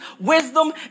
wisdom